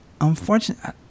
unfortunately